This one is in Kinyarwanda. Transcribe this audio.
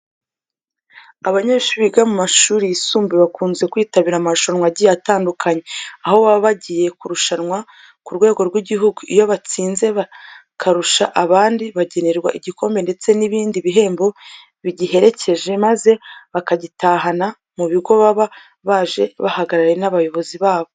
Abanyeshuri biga mu mashuri yisumbuye bakunze kwitabira amarushanwa agiye atandukanye, aho baba bagiye kurushanwa ku rwego rw'igihugu. Iyo batsinze bakarusha abandi, bagenerwa igikombe ndetse n'ibindi bihembo bigiherekeje maze bakagitahana mu bigo baba baje bahagarariye bo n'abayobozi babo.